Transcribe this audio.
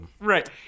right